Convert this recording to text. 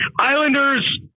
Islanders